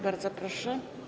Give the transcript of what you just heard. Bardzo proszę.